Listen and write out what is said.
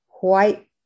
white